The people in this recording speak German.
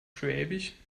schwäbisch